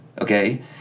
okay